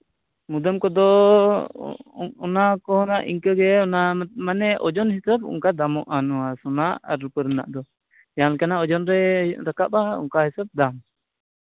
ᱢᱩᱫᱟᱹᱢ ᱠᱚᱫᱚ ᱚᱱᱟ ᱚᱱᱟ ᱠᱚᱨᱮᱱᱟᱜ ᱦᱚᱸ ᱤᱱᱠᱟᱹ ᱜᱮ ᱚᱱᱟ ᱢᱟᱱᱮ ᱳᱡᱳᱱ ᱦᱤᱥᱟᱹᱵᱽ ᱚᱱᱠᱟ ᱫᱟᱢᱚᱜᱼᱟ ᱱᱚᱣᱟ ᱥᱚᱱᱟ ᱟᱨ ᱨᱩᱯᱟᱹ ᱨᱮᱱᱟᱜ ᱫᱚ ᱡᱟᱦᱟᱸᱞᱮᱠᱟ ᱱᱟᱜ ᱳᱡᱳᱱ ᱨᱮ ᱨᱟᱠᱟᱵᱽᱼᱟ ᱚᱱᱠᱟ ᱦᱤᱥᱟᱹᱵᱽ ᱫᱟᱢ